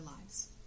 lives